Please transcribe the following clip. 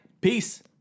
Peace